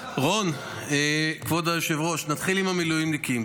רון, כבוד היושב-ראש, נתחיל עם המילואימניקים.